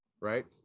Right